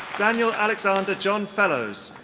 daniel alexander john fellows.